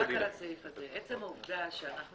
רק על הסעיף הזה: עצם העובדה שאנחנו